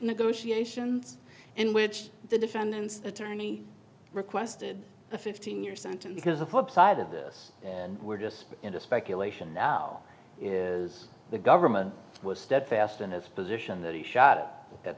negotiations in which the defendant's attorney requested a fifteen year sentence because the flip side of this and we're just into speculation is the government was steadfast in his position that he shot at